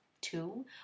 two